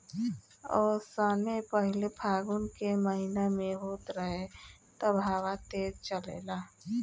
ओसौनी पहिले फागुन के महीना में होत रहे तब हवा तेज़ चलेला